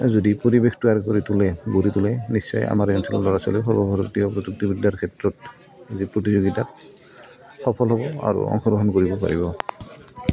যদি পৰিৱেশ তৈয়াৰ কৰি তোলে গঢ়ি তোলে নিশ্চয় আমাৰ অঞ্চলৰ ল'ৰা ছোৱালীৰ সৰ্বভাৰতীয় প্ৰযুক্তিবিদ্যাৰ ক্ষেত্ৰত যি প্ৰতিযোগিতাত সফল হ'ব আৰু অংশগ্ৰহণ কৰিব পাৰিব